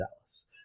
Dallas